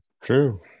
true